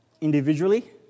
individually